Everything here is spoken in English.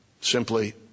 simply